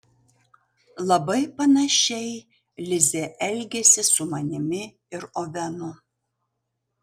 labai panašiai lizė elgėsi su manimi ir ovenu